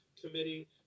Committee